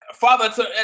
father